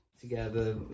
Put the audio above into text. together